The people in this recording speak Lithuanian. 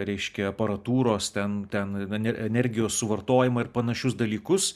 reiškia aparatūros ten ten e energijos suvartojimą ir panašius dalykus